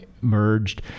merged